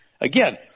Again